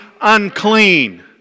unclean